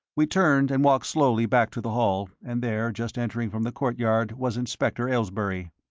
we turned and walked slowly back to the hall, and there just entering from the courtyard was inspector aylesbury.